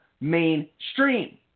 mainstream